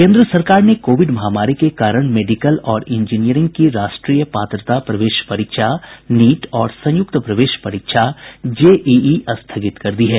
केन्द्र सरकार ने कोविड महामारी के कारण मेडिकल और इंजीनियरिंग की राष्ट्रीय पात्रता प्रवेश परीक्षा नीट और संयुक्त प्रवेश परीक्षा जेईई स्थगित कर दी है